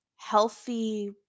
Healthy